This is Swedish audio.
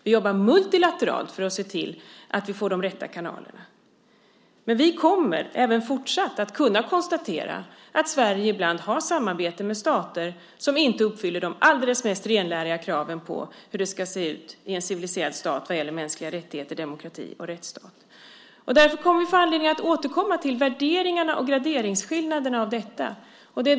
Vi jobbar multilateralt för att se till att vi får de rätta kanalerna. Men vi kommer även fortsatt att kunna konstatera att Sverige ibland har samarbete med stater som inte uppfyller de alldeles mest renläriga kraven på hur det ska se ut i en civiliserad stat när det gäller mänskliga rättigheter, demokrati och rättsstat. Därför kommer vi att få anledning att återkomma till värderingarna och graderingsskillnaderna i detta.